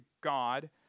God